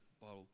bottle